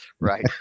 right